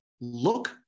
look